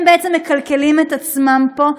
הם בעצם מכלכלים את עצמם פה,